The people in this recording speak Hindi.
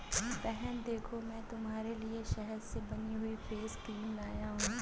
बहन देखो मैं तुम्हारे लिए शहद से बनी हुई फेस क्रीम लाया हूं